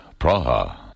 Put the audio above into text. Praha